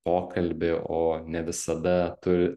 pokalbį o ne visada turi